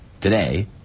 today